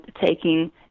taking